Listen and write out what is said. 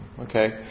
okay